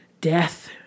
Death